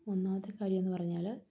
ഒന്നാത്തെ കാര്യം എന്നു പറഞ്ഞാൽ